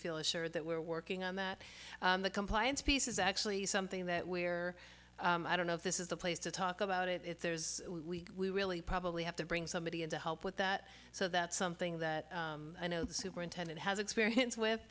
feel assured that we're working on that the compliance piece is actually something that where i don't know if this is the place to talk about it if there is we really probably have to bring somebody in to help with that so that's something that i know the superintendent has experience with